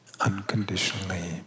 unconditionally